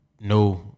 No